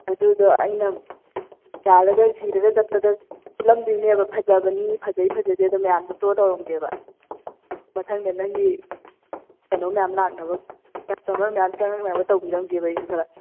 ꯑꯗꯨꯒ ꯑꯩꯅ ꯌꯥꯜꯂꯒ ꯁꯤꯔꯒ ꯆꯠꯄꯗ ꯎꯠꯂꯝꯗꯣꯏꯅꯦꯕ ꯐꯖꯕꯅꯤ ꯐꯖꯩ ꯐꯖꯗꯦꯗꯣ ꯃꯌꯥꯝꯗ ꯁꯣ ꯇꯧꯔꯝꯒꯦꯕ ꯃꯊꯪꯗ ꯅꯪꯒꯤ ꯀꯩꯅꯣ ꯃꯌꯥꯝ ꯂꯥꯛꯅꯕ ꯀꯁꯇꯃꯔ ꯃꯌꯥꯝ ꯆꯪꯉꯛꯅꯕ ꯇꯧꯕꯤꯔꯝꯒꯦꯕ ꯑꯩꯅ ꯈꯔ